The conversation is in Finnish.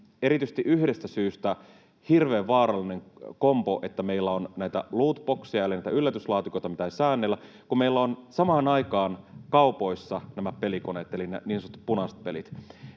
erityisesti yhdestä syystä hirveän vaarallinen kombo: meillä on näitä loot boxeja eli näitä yllätyslaatikoita, mitä ei säännellä, kun meillä on samaan aikaan kaupoissa nämä pelikoneet eli niin sanotut punaiset pelit.